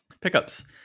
Pickups